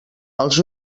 els